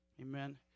amen